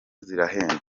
zirahenda